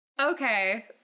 Okay